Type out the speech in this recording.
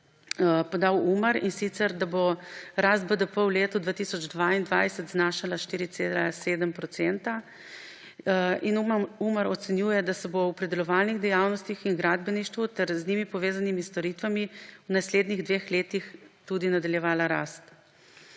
podal Umar, in sicer da bo rast BDP v letu 2022 znašala 4,7 %. Umar ocenjuje, da se bo v predelovalnih dejavnostih in gradbeništvu ter z njimi povezanimi storitvami v naslednjih dveh letih tudi nadaljevala rast.